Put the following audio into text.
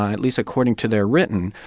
at least according to they're written.